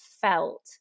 felt